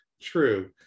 True